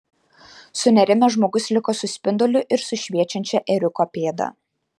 sunerimęs žmogus liko su spinduliu ir su šviečiančia ėriuko pėda